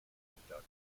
doctor